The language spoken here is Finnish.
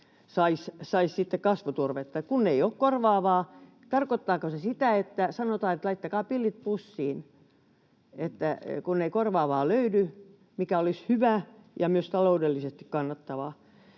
sitten kasvuturvetta, kun ei ole korvaavaa. Tarkoittaako se sitä, että sanotaan, että laittakaa pillit pussiin, kun ei löydy korvaavaa, mikä olisi hyvä ja myös taloudellisesti kannattavaa?